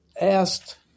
asked